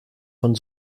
von